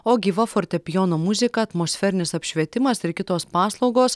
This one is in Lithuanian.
o gyva fortepijono muzika atmosferinis apšvietimas ir kitos paslaugos